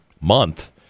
month